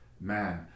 man